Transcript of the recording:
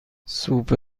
سوپ